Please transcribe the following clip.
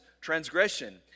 transgression